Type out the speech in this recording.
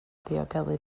diogelu